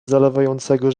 zalewającego